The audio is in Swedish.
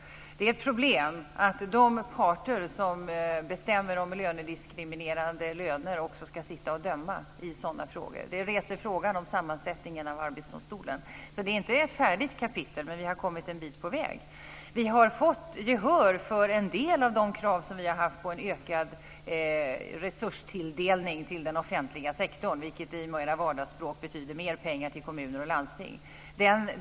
Det är ett problem att de parter som bestämmer om diskriminerande löner också ska sitta och döma i sådana frågor. Det reser frågan om sammansättningen av Arbetsdomstolen. Så det är inte ett färdigt kapitel, men vi har kommit en bit på väg. Vi har fått gehör för en del av de krav som vi har haft på en ökad resurstilldelning till den offentliga sektorn, vilket i mer vardagligt språk betyder mer pengar till kommuner och landsting.